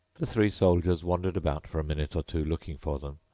the three soldiers wandered about for a minute or two, looking for them,